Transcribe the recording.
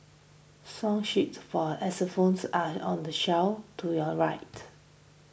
song sheets for xylophones are on the shelf to your right